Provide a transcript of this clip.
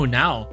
now